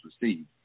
received